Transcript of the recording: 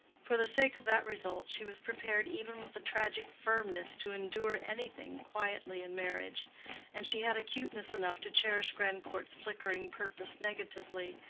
for the sake of that result she was prepared even with a tragic firmness to endure anything quietly in marriage and she had acuteness enough to cherish grandcourt's flickering purpose negatively,